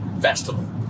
festival